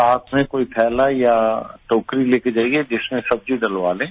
साथ में कोई थैला या टोकरी लेकर जाइये जिसमें सब्जी डलवा लें